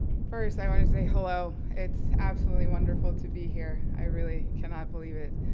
first, i want to say hello. it's absolutely wonderful to be here. i really cannot believe it.